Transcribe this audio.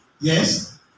Yes